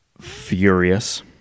furious